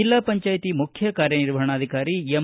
ಜಿಲ್ಲಾ ಪಂಚಾಯಿತಿ ಮುಖ್ಯ ಕಾರ್ಯನಿರ್ವಾಹಣಾಧಿಕಾರಿ ಎಂ